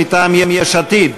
מטעם יש עתיד,